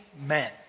men